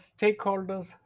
stakeholders